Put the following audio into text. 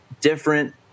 different